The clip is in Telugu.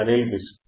అనిల్ విష్ణు